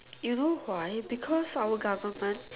you know why because our government